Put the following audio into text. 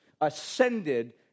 ascended